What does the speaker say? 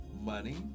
Money